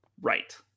right